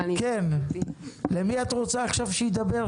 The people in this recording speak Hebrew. אבל --- מי את רוצה שידבר עכשיו?